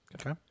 Okay